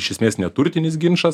iš esmės neturtinis ginčas